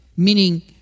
Meaning